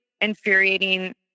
infuriating